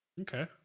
Okay